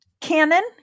canon